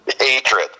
hatred